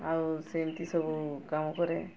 ଆଉ ସେମିତି ସବୁ କାମ କରେ